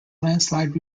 landslide